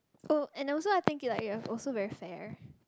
oh and also I think you like you have also very fair